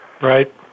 Right